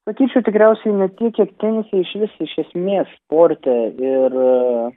sakyčiau tikriausiai ne tiek kiek tenise išvis iš esmės sporte ir